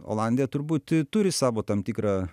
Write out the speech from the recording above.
olandija turbūt turi savo tam tikrą